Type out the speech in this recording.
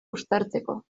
uztartzeko